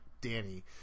Danny